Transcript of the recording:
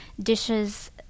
dishes